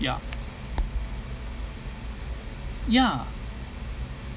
ya ya